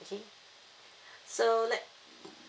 okay so let